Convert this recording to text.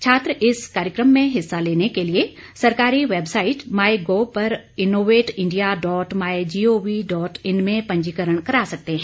छात्र इस कार्यक्रम में हिस्सा लेने के लिए सरकारी वेबसाइट माई गोव पर innovate India dot my gov dot in में पंजीकरण करा सकते हैं